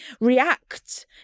react